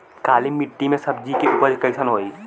काली मिट्टी में सब्जी के उपज कइसन होई?